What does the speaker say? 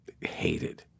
hated